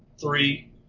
three –